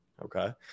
Okay